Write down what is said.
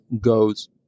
goes